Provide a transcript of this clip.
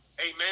amen